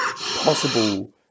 possible